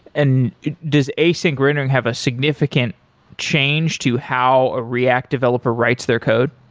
and does async rendering have a significant change to how a react developer writes their code?